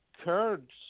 Kurds